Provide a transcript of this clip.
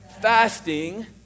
fasting